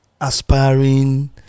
aspiring